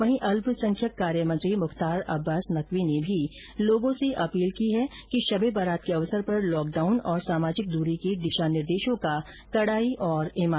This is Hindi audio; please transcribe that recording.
वहीं अल्पसंख्यक कार्य मंत्री मुख्तार अब्बास नकवी ने भी लोगों से अपील की है कि शब ए बारात के अवसर पर लॉकडाउन और सामाजिक दूरी के दिशा निर्देशों का कड़ाई और ईमानदारी से पालन करें